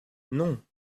non